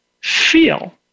feel